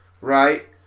right